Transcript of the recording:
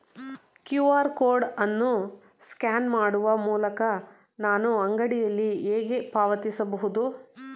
QR code ಅನ್ನು scan ಮಾಡುವ ಮೂಲಕ ನಾನು ಅಂಗಡಿಯಲ್ಲಿ ಹೇಗೆ ಪಾವತಿಸಬಹುದು?